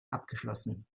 abgeschlossen